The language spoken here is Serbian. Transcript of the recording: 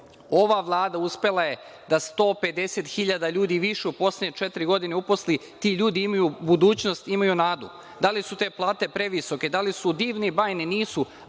odu. Ova Vlada uspela je da 150.000 ljudi više u poslednje četiri godine uposli. Ti ljudi imaju budućnost, imaju nadu. Da li su te plate previsoke, da li su divne i bajne? Nisu.